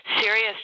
serious